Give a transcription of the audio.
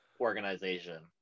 organization